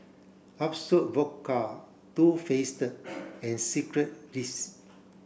Absolut Vodka Too Faced and Secret Recipe